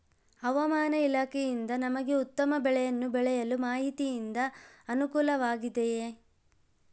ಹವಮಾನ ಇಲಾಖೆಯಿಂದ ನಮಗೆ ಉತ್ತಮ ಬೆಳೆಯನ್ನು ಬೆಳೆಯಲು ಮಾಹಿತಿಯಿಂದ ಅನುಕೂಲವಾಗಿದೆಯೆ?